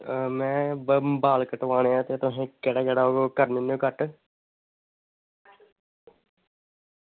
में बाल कटवाने ते तुस ओह् केह्ड़ा केह्ड़ा करने होने कट